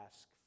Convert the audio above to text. ask